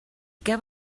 què